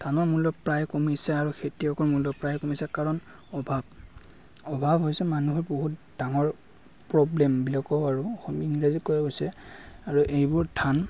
ধানৰ মূল্য প্ৰায় কমিছে আৰু খেতিয়কৰ মূল্য প্ৰায় কমিছে কাৰণ অভাৱ অভাৱ হৈছে মানুহৰ বহুত ডাঙৰ প্ৰব্লেম বুলিয়ে কওঁ আৰু অসমী ইংৰাজীত কোৱা গৈছে আৰু এইবোৰ ধান